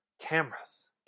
cameras